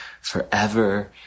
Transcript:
forever